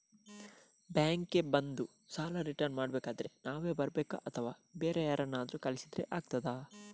Bank ಗೆ ಬಂದು ಸಾಲ ರಿಟರ್ನ್ ಮಾಡುದಾದ್ರೆ ನಾವೇ ಬರ್ಬೇಕಾ ಅಥವಾ ಬೇರೆ ಯಾರನ್ನಾದ್ರೂ ಕಳಿಸಿದ್ರೆ ಆಗ್ತದಾ?